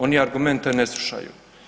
Oni argumente ne slušaju.